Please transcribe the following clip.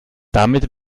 damit